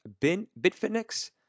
Bitfinex